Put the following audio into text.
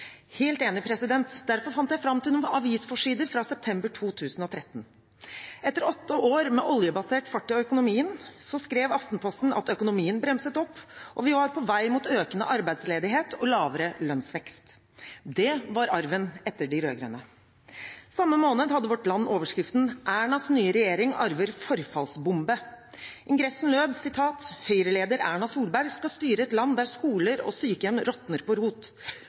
helt enig, og derfor fant jeg fram noen avisforsider fra september 2013. Etter åtte år med oljebasert fart i økonomien skrev Aftenposten at økonomien bremset opp, og vi var på vei mot økende arbeidsledighet og lavere lønnsvekst. Det var arven etter de rød-grønne. Samme måned hadde Vårt Land overskriften: «Ernas nye regjering arver forfallsbombe» Ingressen lød: «Høyreleder Erna Solberg skal styre et land der skoler og sykehjem råtner på rot.